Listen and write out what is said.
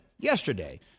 Yesterday